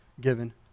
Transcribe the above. given